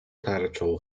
tarczą